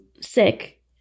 sick